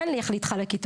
אין לי איך להתחלק אתו.